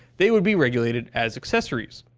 they would be regulated as accessories.